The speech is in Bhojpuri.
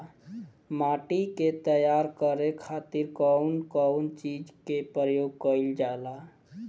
माटी के तैयार करे खातिर कउन कउन चीज के प्रयोग कइल जाला?